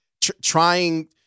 Trying